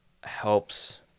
helps